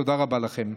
תודה רבה לכם.